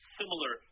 similar